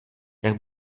jak